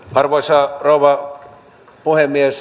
arvoisa rouva puhemies